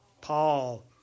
Paul